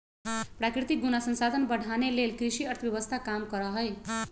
प्राकृतिक गुण आ संसाधन बढ़ाने लेल कृषि अर्थव्यवस्था काम करहइ